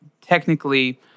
technically